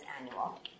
annual